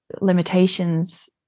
limitations